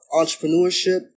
entrepreneurship